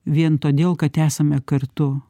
vien todėl kad esame kartu